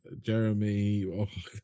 Jeremy